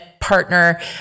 partner